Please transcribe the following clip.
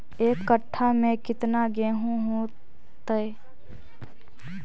एक कट्ठा में केतना मन गेहूं होतै?